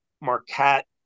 Marquette